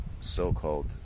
so-called